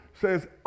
says